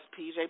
PJ